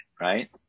Right